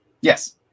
Yes